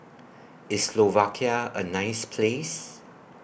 IS Slovakia A nice Place